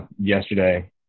yesterday